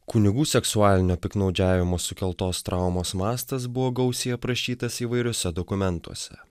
kunigų seksualinio piktnaudžiavimo sukeltos traumos mastas buvo gausiai aprašytas įvairiuose dokumentuose